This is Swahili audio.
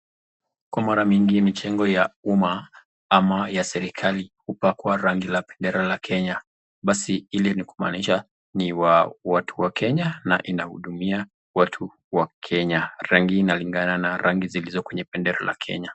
Kwa mara mingi mijengo ya umma ama ya serikali hupakwa rangi la bendera la Kenya basi ili ni kumaanisha ni wa watu wa Kenya na inahudumia watu wa Kenya. Rangi inalingana na rangi zilizo kwenye bendera la Kenya.